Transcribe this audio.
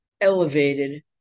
elevated